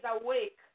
awake